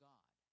God